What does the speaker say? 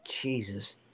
Jesus